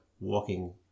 walking